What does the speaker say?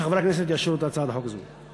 שחברי הכנסת יאשרו את הצעת החוק הזאת.